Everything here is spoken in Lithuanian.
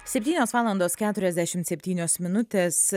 septynios valandos keturiasdešimt septynios minutės